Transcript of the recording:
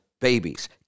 babies